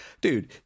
dude